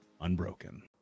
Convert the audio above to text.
unbroken